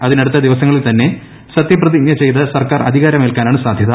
അതിനടുത്ത ദിവസങ്ങളിൽ തന്നെ സത്യപ്രതിജ്ഞ ചെയ്ത് സർക്കാർ അധികാരമേൽക്കാനാണ് സാധ്യത